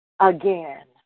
Again